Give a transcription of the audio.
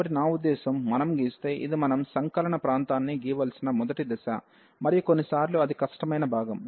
కాబట్టి నా ఉద్దేశ్యం మనం గీస్తే ఇది మనం సంకలన ప్రాంతాన్ని గీయవలసిన మొదటి దశ మరియు కొన్నిసార్లు అది కష్టమైన భాగం